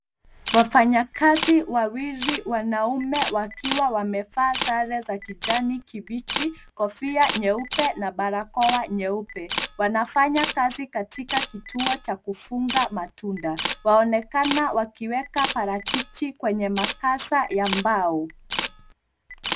Wafanyakazi wawili wanaume wakiwa wamevaa sare za kijani kibichi, kofia nyeupe na barakoa nyeupe. Wanafanya kazi katika kituo cha kufunga matunda. Waonekana wakiweka parachichi kwenye makasa ya mbao.